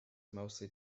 mostly